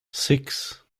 six